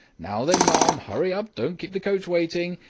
now then, ma'am hurry up, don't keep the coach waiting!